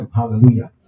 Hallelujah